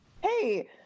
hey